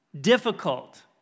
difficult